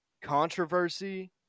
controversy